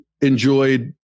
enjoyed